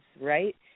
right